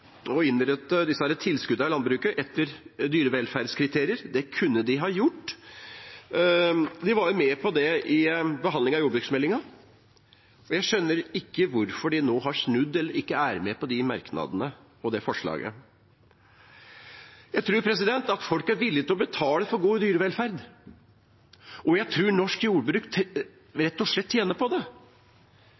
å innrette disse tilskuddene i landbruket etter dyrevelferdskriterier. Det kunne de ha gjort. De var jo med på det i behandlingen av jordbruksmeldingen, og jeg skjønner ikke hvorfor de nå har snudd eller ikke er med på de merknadene og det forslaget. Jeg tror folk er villige til å betale for god dyrevelferd, og jeg tror at norsk jordbruk rett og slett vil tjene på det.